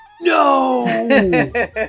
No